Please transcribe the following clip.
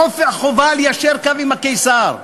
החובה ליישר קו עם הקיסר.